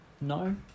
No